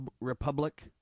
republic